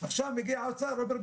עכשיו מגיע האוצר ואומר,